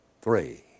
three